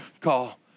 call